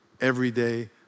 everyday